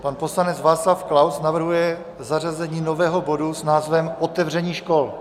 Pan poslanec Václav Klaus navrhuje zařazení nového bodu s názvem Otevření škol.